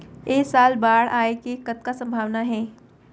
ऐ साल बाढ़ आय के कतका संभावना हे?